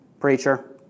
preacher